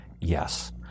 Yes